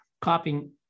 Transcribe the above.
copying